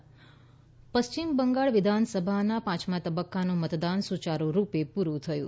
પશ્ચિમ બંગાળ પશ્ચિમ બંગાળ વિધાનસભાના પાંચમાં તબક્કાનું મતદાન સુચારૂ રૂપે પૂરૂ થયું